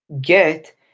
get